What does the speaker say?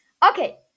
Okay